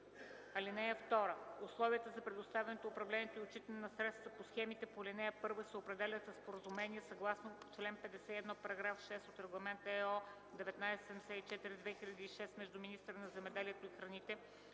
(2) Условията за предоставянето, управлението и отчитането на средствата по схемите по ал. 1 се определят със споразумение съгласно чл. 51, параграф 6 от Регламент (ЕО) № 1974/2006 между министъра на земеделието и храните,